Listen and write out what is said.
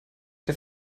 der